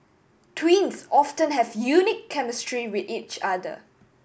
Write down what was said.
twins often have unique chemistry with each other